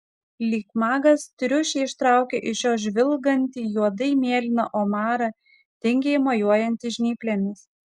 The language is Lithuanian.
lyg magas triušį ištraukia iš jo žvilgantį juodai mėlyną omarą tingiai mojuojantį žnyplėmis